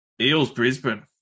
Eels-Brisbane